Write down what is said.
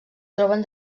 troben